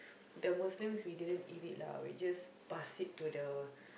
the Muslims we didn't eat it lah we just pass it to the